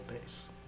base